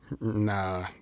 Nah